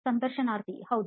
ಸಂದರ್ಶನಾರ್ಥಿಹೌದು